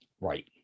Right